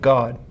God